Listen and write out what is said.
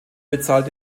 bezahlt